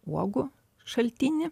uogų šaltinį